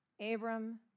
Abram